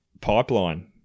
Pipeline